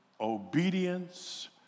obedience